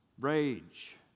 rage